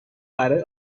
برای